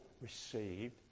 received